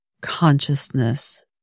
consciousness